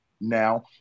now